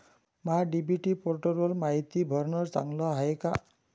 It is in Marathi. महा डी.बी.टी पोर्टलवर मायती भरनं चांगलं हाये का?